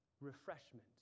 refreshment